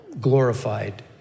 glorified